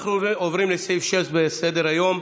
סעיף 6 בסדר-היום,